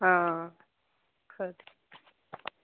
हां खरी